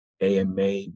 AMA